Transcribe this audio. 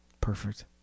Perfect